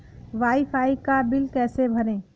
Wi fi का bill कैसे भरें?